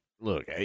Look